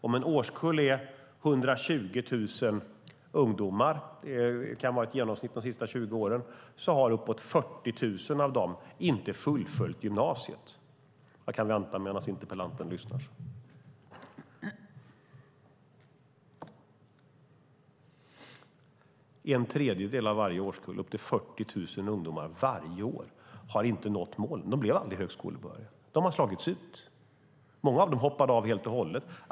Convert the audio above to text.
Om en årskull är 120 000 ungdomar, som kan vara ett genomsnitt de senaste 20 åren, har uppåt 40 000 av dem inte fullföljt gymnasiet. Jag kan vänta ett tag medan interpellanten lyssnar klart på den nu som talar till honom. Det är en tredjedel av varje årskull, upp till 40 000 ungdomar varje år, som inte har nått målen. De blev aldrig högskolebehöriga. De har slagits ut. Många av dem hoppade av helt och hållet.